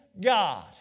God